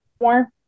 more